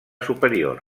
superior